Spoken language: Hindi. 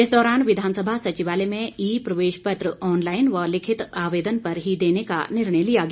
इस दौरान विधानसभा सचिवालय में ई प्रवेश पत्र ऑनलाईन व लिखित आवेदन पर ही देने का निर्णय लिया गया